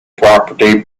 property